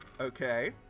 Okay